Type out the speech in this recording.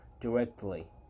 directly